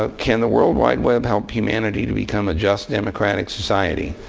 ah can the world wide web help humanity to become a just, democratic society?